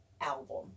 album